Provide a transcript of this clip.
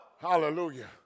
Hallelujah